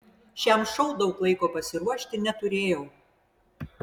šiam šou daug laiko pasiruošti neturėjau